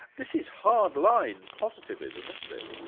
this is hard-line positivism, isn't it?